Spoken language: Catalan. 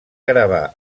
gravar